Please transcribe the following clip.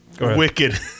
Wicked